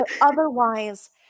otherwise